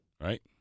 Right